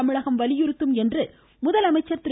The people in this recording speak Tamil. தமிழகம் வலியுறுத்தும் என்று முதலமைச்சர் திரு